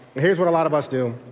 and here's what a lot of us do.